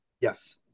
Yes